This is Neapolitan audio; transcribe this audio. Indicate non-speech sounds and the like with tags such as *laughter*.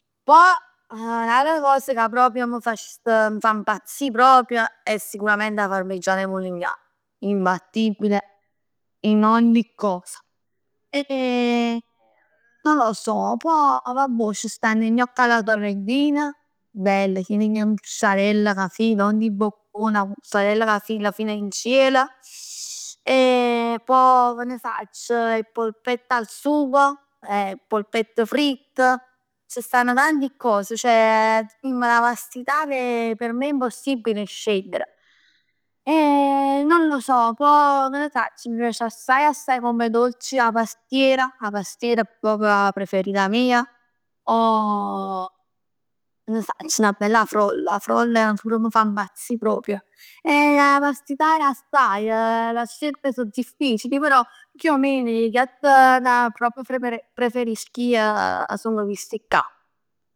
Pò n'ata cosa ca proprio m' facess, m' impazzì proprio è sicurament 'a parmigian 'e mulignan. Imbattibile in ogni cosa. *hesitation* E non lo so, pò vabbuò ci stann 'e gnocc alla sorrentina, belli chin chin 'e muzzarell, ca fil ogni boccon. 'A muzzarell ca fil fin in ciel. *hesitation* E poi che ne sacc, 'e polpette al sugo, 'e polpette fritt, c' stann tanti cos, ceh tenimm 'na vastità che p' me è impossibile scegliere. *hesitation* E non lo so, poi che ne sacc, m' piac assaje assaje come dolc 'a pastiera, 'a pastiera è proprio 'a preferita mia, o *hesitation* che ne sacc, 'na bella frolla, 'a frolla pur m' fa impazzì proprio. E 'a vastità è assaje, le scelte sono difficili, però chiù 'o meno i piatti, la roba ca pre- preferisco io song chisticcà.